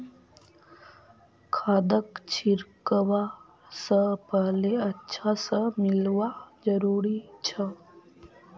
खादक छिड़कवा स पहले अच्छा स मिलव्वा जरूरी छ